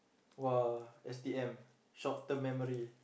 !wah! S_T_M short term memory